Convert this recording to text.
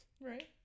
Right